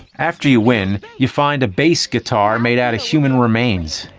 after you win, you find a bass guitar made out of human remains.